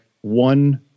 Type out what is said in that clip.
one